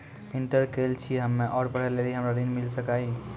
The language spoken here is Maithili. इंटर केल छी हम्मे और पढ़े लेली हमरा ऋण मिल सकाई?